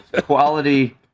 Quality